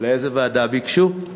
לאיזו ועדה ביקשו?